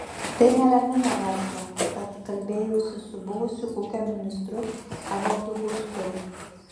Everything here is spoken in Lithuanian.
tai neramina verslą tad kalbėjausi su buvusiu ūkio ministru evaldu gustu